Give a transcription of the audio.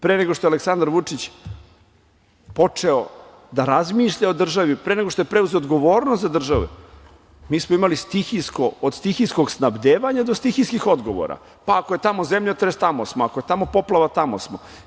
Pre nego što je Aleksandar Vučić počeo da razmišlja o državi, pre nego što je preuzeo odgovornost za državu, mi smo imali od stihijskog snabdevanja, do stihijskih odgovora, pa ako je tamo zemljotres, tamo smo, ako je tamo poplava, tamo smo.